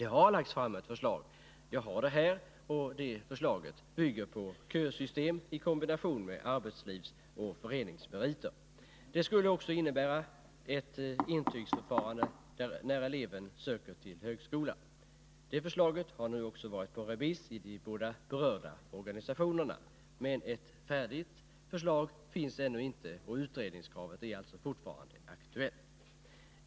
Det har lagts fram ett förslag — jag har det här — och det förslaget bygger på kösystem i kombination med arbetslivsoch föreningsmeriter. Det skulle också innebära ett intygsförfarande när eleven söker till högskola. Det förslaget har nu också varit på remiss i de båda organisationerna. Men ett färdigt förslag finns ännu inte, och utredningskravet är alltså fortfarande aktuellt.